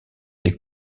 les